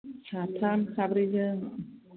साथाम साब्रैजों